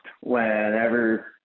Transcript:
whenever